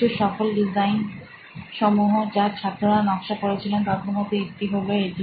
কিছু সফল ডিজাইন সমূহ যা ছাত্ররা নকশা করেছিলেন তাদের মধ্যে একটি হল এটি